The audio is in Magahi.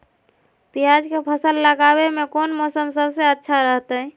प्याज के फसल लगावे में कौन मौसम सबसे अच्छा रहतय?